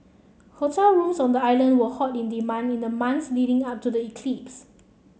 hotel rooms on the island were hot in demand in the months leading up to the eclipse